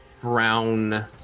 brown